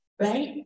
Right